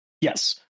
Yes